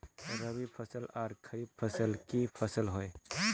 रवि फसल आर खरीफ फसल की फसल होय?